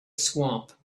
swamp